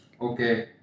okay